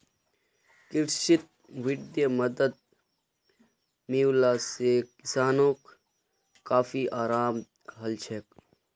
कृषित वित्तीय मदद मिलवा से किसानोंक काफी अराम हलछोक